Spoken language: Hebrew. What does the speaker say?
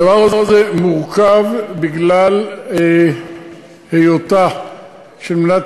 הדבר הזה מורכב בגלל היותה של מדינת